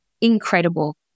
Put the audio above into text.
incredible